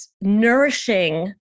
nourishing